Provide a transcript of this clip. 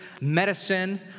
medicine